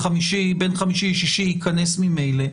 בין חמישי לשישי ייכנס ממילא.